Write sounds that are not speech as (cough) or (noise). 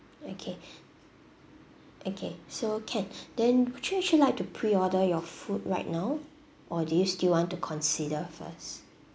okay (breath) okay so can (breath) then would you actually like to pre-order your food right now or do you still want to consider first